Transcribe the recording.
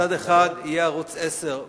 מצד אחד יהיה ערוץ-10,